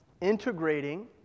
integrating